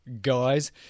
guys